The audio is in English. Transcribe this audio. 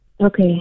Okay